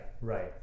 right